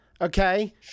okay